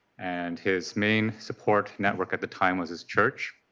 and his main support network at the time was his church.